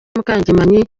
mukangemanyi